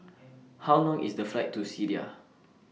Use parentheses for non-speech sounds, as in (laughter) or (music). (noise) How Long IS The Flight to Syria